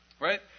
right